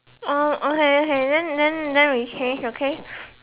hmm okay okay then then then we change okay